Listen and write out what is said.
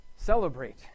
celebrate